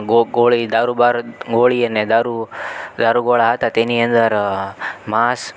ગોળી દારૂ ગોળી અને દારૂ દારૂ ગોળા હતા તેની અંદર માંસ